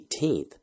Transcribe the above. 18th